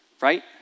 right